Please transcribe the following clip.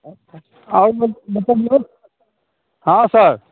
अच्छा आउ ने मुकुल मुकुल हँ सर